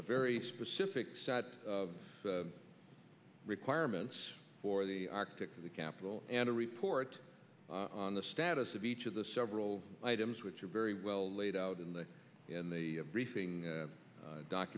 a very specific set of requirements for the arctic to the capital and a report on the status of each of the several items which are very well laid out in the in the briefing document